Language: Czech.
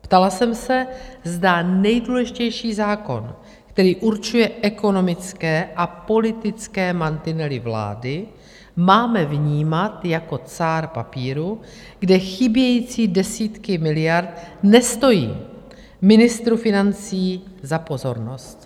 Ptala jsem se, zda nejdůležitější zákon, který určuje ekonomické a politické mantinely vlády, máme vnímat jako cár papíru, kde chybějící desítky miliard nestojí ministru financí za pozornost.